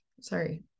Sorry